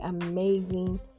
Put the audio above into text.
amazing